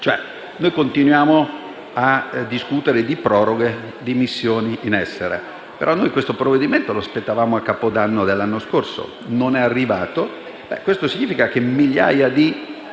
continuiamo a discutere di proroghe di missioni in essere, ma aspettavamo questo provvedimento a Capodanno dell'anno scorso e non è arrivato. Questo significa che migliaia di